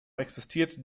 existiert